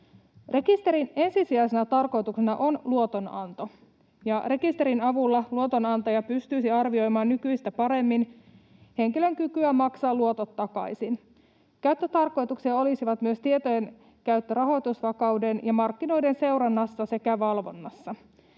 Rekisterin ensisijaisena tarkoituksena on luotonanto, ja rekisterin avulla luotonantaja pystyisi arvioimaan nykyistä paremmin henkilön kykyä maksaa luotot takaisin. Käyttötarkoituksia olisivat myös tietojen käyttö rahoitusvakauden ja markkinoiden seurannassa sekä valvonnassa.